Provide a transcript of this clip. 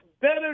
better